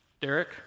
Derek